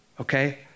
Okay